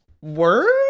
Word